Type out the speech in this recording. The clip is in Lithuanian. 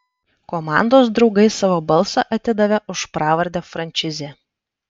komandos draugai savo balsą atidavė už pravardę frančizė